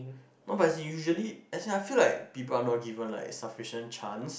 no but is in usually as in I feel people are not given like sufficient chance